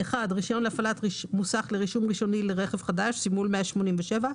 רישיון להפעלת מוסך לרישום ראשוני לרכב חדש (סימול 187),